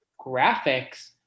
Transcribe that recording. graphics